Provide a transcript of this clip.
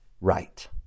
right